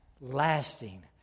lasting